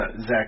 Zach